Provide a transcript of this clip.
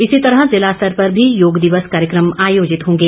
इसी तरह जिला स्तर पर भी योग दिवस कार्यक्रम आयोजित होंगे